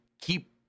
keep